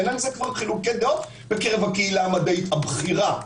אין על זה כבר חילוקי דעות בקרב הקהילה המדעית הבכירה.